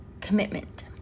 commitment